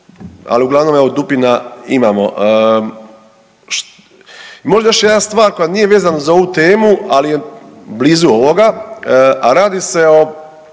ali uglavnom dupina imamo. I možda još jedna stvar koja nije vezana za ovu temu, ali je blizu ovoga, a radi se o